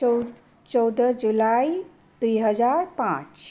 चौ चौध जुलाई दुई हजार पाँच